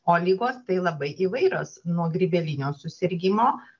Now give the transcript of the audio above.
o ligos tai labai įvairios nuo grybelinio susirgimo